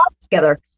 together